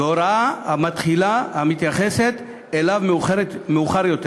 והוראת התחילה המתייחסת אליו מאוחרת יותר.